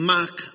Mark